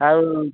ଆଉ